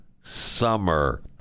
summer